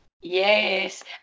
Yes